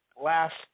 last